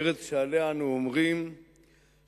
ארץ שעליה אנו אומרים שמפאת